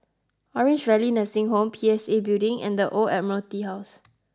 Orange Valley Nursing Home P S A Building and the Old Admiralty House